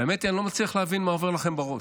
האמת היא, אני לא מצליח להבין מה עובר לכם בראש.